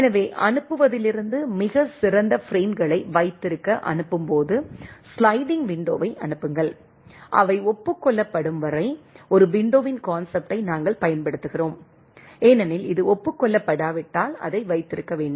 எனவே அனுப்புவதிலிருந்து மிகச்சிறந்த பிரேம்களை வைத்திருக்க அனுப்பும் போது ஸ்லைடிங் விண்டோவை அனுப்புங்கள் அவை ஒப்புக்கொள்ளப்படும் வரை ஒரு விண்டோவின் கான்செப்ட்டை நாங்கள் பயன்படுத்துகிறோம் ஏனெனில் இது ஒப்புக் கொள்ளப்படாவிட்டால் அதை வைத்திருக்க வேண்டும்